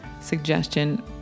suggestion